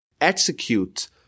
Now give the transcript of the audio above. execute